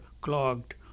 clogged